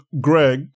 Greg